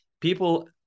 people